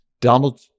Donald